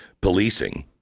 policing